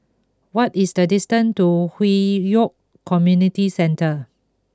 what is the distance to Hwi Yoh Community Centre